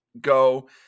go